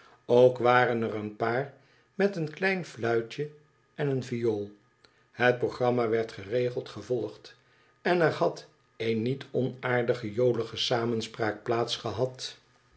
ook waren er een paar met een klein fluitje en een viool het programma werd geregeld gevolgd en er had een niet onaardige jolige samenspraak plaats gehad